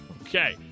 Okay